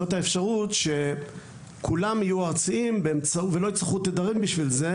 זאת האפשרות שכולם יהיו ארציים ולא יצטרכו תדרים בשביל זה.